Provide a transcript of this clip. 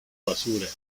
basura